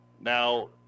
Now